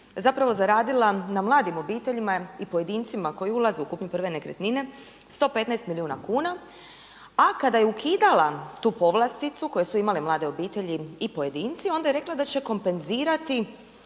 na snazi zaradila na mladim obiteljima i pojedincima koji ulaze u kupnju prve nekretnine 115 milijun kuna, a kada je ukidala tu povlasticu koju su imale mlade obitelji i pojedinci, onda je rekla da će kompenzirati